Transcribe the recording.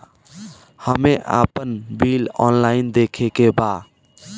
हमे आपन bill online देखे के बा?